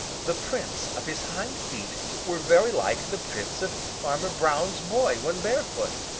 the prints of his hind feet were very like the prints of farmer brown's boy when barefooted,